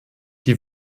die